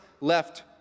left